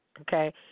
okay